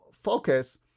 focus